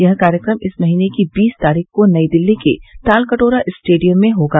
यह कार्यक्रम इस महीने की बीस तारीख को नई दिल्ली के तालकटोरा स्टेडियम में होगा